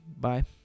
bye